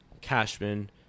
Cashman